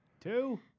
two